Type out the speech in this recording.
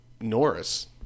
Norris